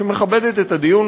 שמכבדת את הדיון,